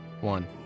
one